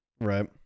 Right